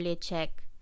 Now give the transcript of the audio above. check